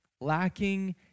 lacking